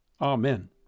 Amen